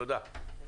תודה.